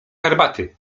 herbaty